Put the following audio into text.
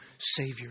Savior